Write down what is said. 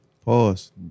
Pause